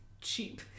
Cheap